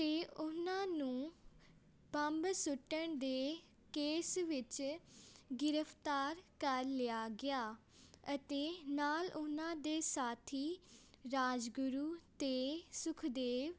ਅਤੇ ਉਹਨਾਂ ਨੂੰ ਬੰਬ ਸੁੱਟਣ ਦੇ ਕੇਸ ਵਿੱਚ ਗ੍ਰਿਫਤਾਰ ਕਰ ਲਿਆ ਗਿਆ ਅਤੇ ਨਾਲ ਉਨ੍ਹਾਂ ਦੇ ਸਾਥੀ ਰਾਜਗੁਰੂ ਅਤੇ ਸੁਖਦੇਵ